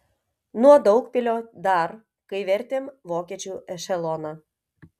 nuo daugpilio dar kai vertėm vokiečių ešeloną